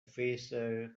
freezer